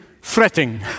fretting